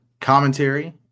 commentary